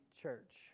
church